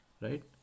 right